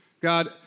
God